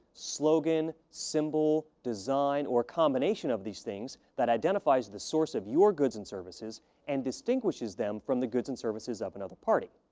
slogan, symbol, design, or combination of these things that identifies the source of your goods and services and distinguishes them from the goods and services of another party.